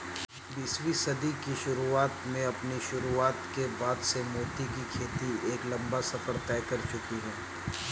बीसवीं सदी की शुरुआत में अपनी शुरुआत के बाद से मोती की खेती एक लंबा सफर तय कर चुकी है